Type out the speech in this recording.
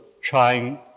trying